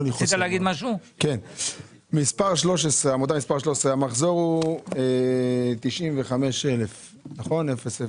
לגבי עמותה מס' 13 המחזור הוא 95,000 שקל.